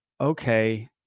okay